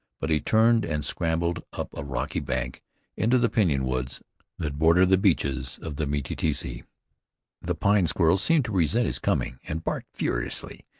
but he turned and scrambled up a rocky bank into the pinon woods that border the benches of the meteetsee. the pine squirrels seemed to resent his coming, and barked furiously.